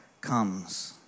comes